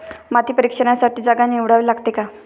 माती परीक्षणासाठी जागा निवडावी लागते का?